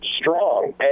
strong